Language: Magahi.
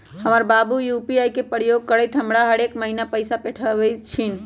हमर बाबू यू.पी.आई के प्रयोग करइते हमरा हरेक महिन्ना पैइसा पेठबइ छिन्ह